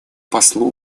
послу